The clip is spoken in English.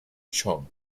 chunk